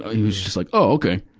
ah he was just like, oh, okay.